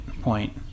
point